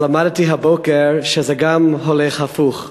אבל למדתי הבוקר שזה גם הולך הפוך.